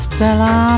Stella